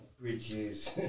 bridges